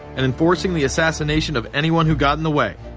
and enforcing the assassination of anyone who got in the way.